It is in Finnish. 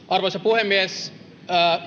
arvoisa puhemies